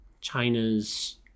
China's